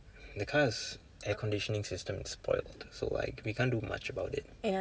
the car's air conditioning system is spoilt so like we can't do much about it